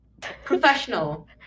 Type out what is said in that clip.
professional